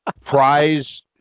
prize